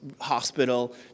hospital